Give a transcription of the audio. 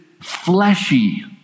fleshy